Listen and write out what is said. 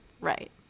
right